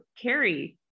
Carrie